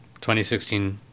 2016